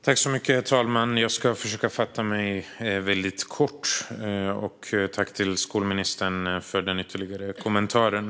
Herr talman! Jag ska försöka fatta mig väldigt kort. Tack, skolministern, för den ytterligare kommentaren!